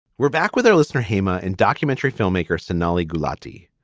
we're back with our listener hammer and documentary filmmaker sonali gulati,